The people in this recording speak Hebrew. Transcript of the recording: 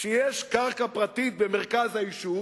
שיש קרקע פרטית במרכז היישוב